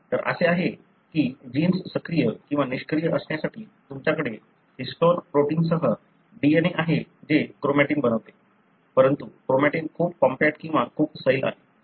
तर असे आहे की जीन्स सक्रिय किंवा निष्क्रिय असण्यासाठी तुमच्याकडे हिस्टोन प्रोटीनसह DNA आहे जे क्रोमॅटिन बनवते परंतु क्रोमॅटिन खूप कॉम्पॅक्ट किंवा खूप सैल आहे